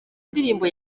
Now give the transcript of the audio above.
ndirimbo